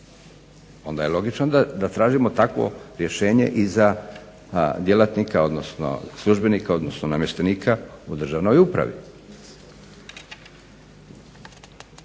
onda je logično da tražimo takvo rješenje i za djelatnika, odnosno službenika, odnosno namještenika u državnoj upravi.